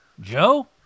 Joe